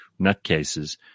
nutcases